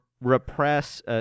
repress